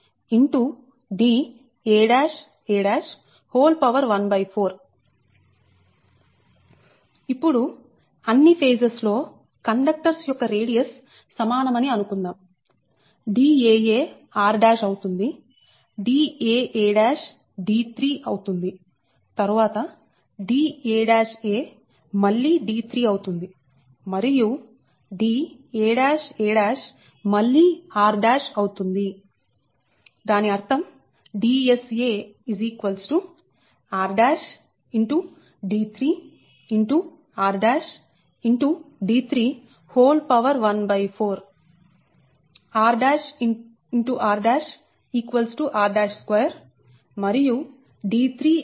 daa14 ఇప్పుడు అన్ని phases లోని కండక్టర్స్ యొక్క రేడియస్ సమానమని అనుకుందాంdaa r అవుతుంది daa d3 అవుతుంది తరువాత daa మళ్లీ d3 అవుతుంది మరియు daa మళ్లీ r అవుతుంది